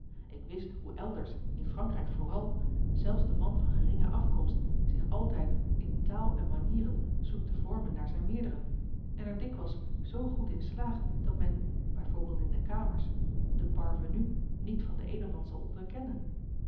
ik wist hoe elders in frankrijk vooral zelfs de man van geringe afkomst zich altijd in taal en manieren zoekt te vormen naar zijn meerderen en er dikwijls zoo goed in slaagt dat men bij voorbeeld in de kamers den parvenu niet van den edelman zal onderkennen